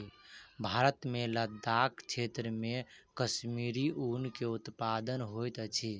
भारत मे लदाख क्षेत्र मे कश्मीरी ऊन के उत्पादन होइत अछि